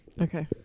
Okay